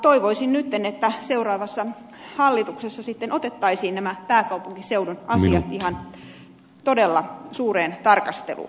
toivoisin nytten että seuraavassa hallituksessa sitten otettaisiin nämä pääkaupunkiseudun asiat ihan todella suureen tarkasteluun